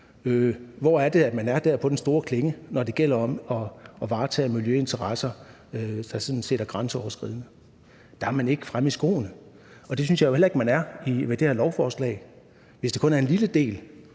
Hvor er man på den store klinge, når det gælder om at varetage miljøinteresser, der sådan set er grænseoverskridende? Der er man ikke fremme i skoene, og det synes jeg heller ikke man er med det her lovforslag, hvis det kun er en lille del